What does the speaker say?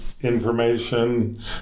information